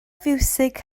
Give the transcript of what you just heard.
fiwsig